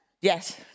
Yes